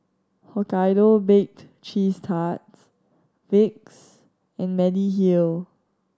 Hokkaido Bake Cheese Tarts Vicks and Mediheal